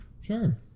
sure